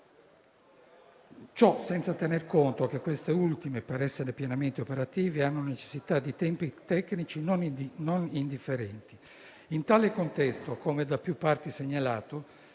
ciò senza tener conto che queste ultime, per essere pienamente operative, hanno necessità di tempi tecnici non indifferenti. In tale contesto - come da più parti segnalato